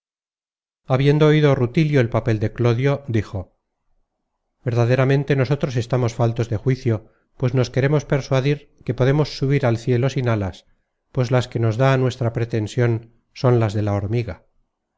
habiendo oido rutilio el papel de clodio dijo verdaderamente nosotros estamos faltos de juicio pues nos queremos persuadir que podemos subir al cielo sin alas pues las que nos da nuestra pretension son las de la hormiga